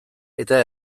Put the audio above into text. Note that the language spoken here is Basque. eta